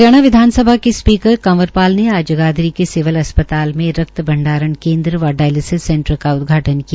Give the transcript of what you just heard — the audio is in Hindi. हरियाणा विधानसभा के स्पीकर कंवर पाल ने आज जगाधरी के सिविल अस्पताल मे रक्त भंडारण केन्द्र व डायलसिस सेंटर का उदघाटन् किया